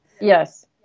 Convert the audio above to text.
Yes